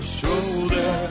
shoulder